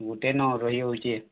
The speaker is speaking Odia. ଗୁଟେନ ରହିହଉଛେ